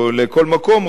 או לכל מקום,